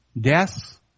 Death